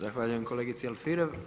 Zahvaljujem kolegici Alfirev.